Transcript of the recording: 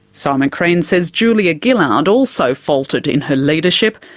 simon crean says julia gillard also faltered in her leadership,